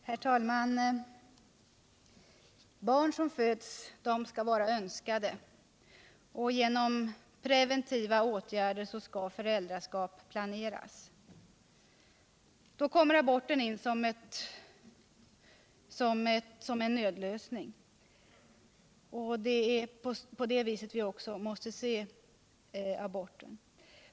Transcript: Herr talman! Barn som föds skall vara önskade, och genom preventiva åtgärder skall föräldraskap planeras. Då kommer aborten in som en nödlösning. Det är så vi måste se aborten.